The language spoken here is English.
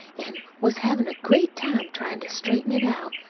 an' was havin' a great time tryin' to straighten it out.